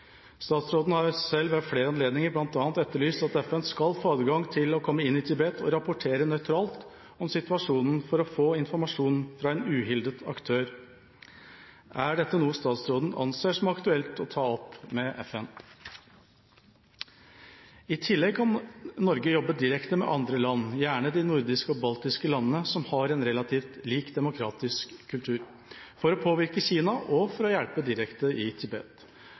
Statsråden har selv ved flere anledninger bl.a. etterlyst at FN skal få adgang til å komme inn i Tibet og rapportere nøytralt om situasjonen for at man skal få informasjon fra en uhildet aktør. Er dette noe statsråden anser som aktuelt å ta opp med FN? I tillegg kan Norge jobbe direkte med andre land, gjerne de nordiske og baltiske landene som har en relativt lik demokratisk kultur, for å påvirke Kina og for å hjelpe direkte i Tibet.